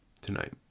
tonight